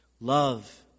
Love